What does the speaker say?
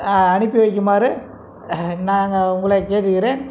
அனுப்பிவைக்குமாறு நாங்கள் உங்களை கேட்டுக்கிறேன்